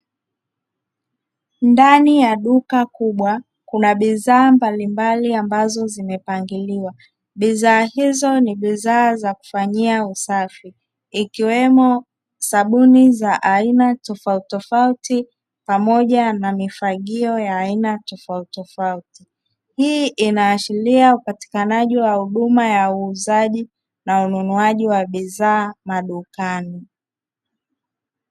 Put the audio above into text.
Ndani ya duka kubwa, kuna bidhaa mbalimbali ambazo zimepangiliwa. Bidhaa hizo ni bidhaa za kufanyia usafi ikiwemo sabuni za aina tofauti tofauti pamona na mifagio ya aina tofauti tofauti. Hii inaashiria upatikanaji wa huduma ya uuzaji na ununuaji wa bidhaa madukani.